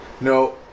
No